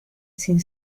sin